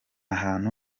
hantu